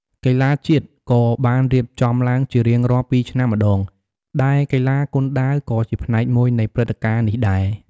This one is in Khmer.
កីឡាជាតិ ក៏បានរៀបចំឡើងជារៀងរាល់ ២ឆ្នាំម្តង ដែលកីឡាគុនដាវក៏ជាផ្នែកមួយនៃព្រឹត្តិការណ៍នេះដែរ។